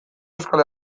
euskal